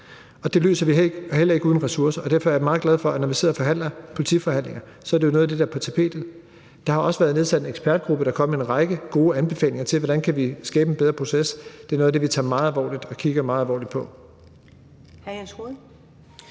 på. Det løser vi heller ikke uden ressourcer. Derfor er jeg meget glad for, at når vi sidder og forhandler om politiforliget, er det noget af det, der er på tapetet. Der har også været nedsat en ekspertgruppe, der er kommet med en række gode anbefalinger til, hvordan vi kan skabe en bedre proces. Det er noget af det, vi tager meget alvorligt og kigger meget alvorligt på.